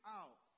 out